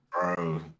Bro